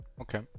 Okay